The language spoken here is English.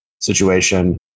situation